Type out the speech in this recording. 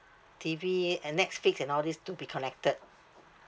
T_V and Netflix and all these to be connected